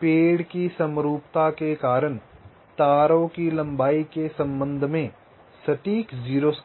पेड़ की समरूपता के कारण तारों की लंबाई के संबंध में सटीक 0 स्क्यू